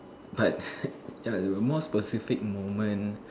but ya there were more specific moment